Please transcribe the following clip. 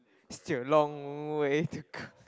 still a long way to go